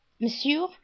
monsieur